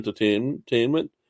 entertainment